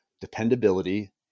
dependability